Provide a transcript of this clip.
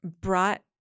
brought